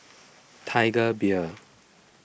Tiger Beer